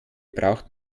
braucht